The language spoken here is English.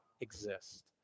exist